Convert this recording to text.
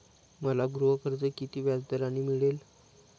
मला गृहकर्ज किती व्याजदराने मिळेल?